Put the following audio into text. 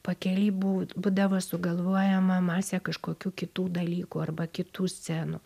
pakely būd būdavo sugalvojama masė kažkokių kitų dalykų arba kitų scenų